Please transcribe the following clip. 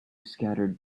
scattered